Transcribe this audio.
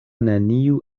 neniu